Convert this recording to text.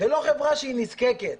זאת לא חברה נזקקת.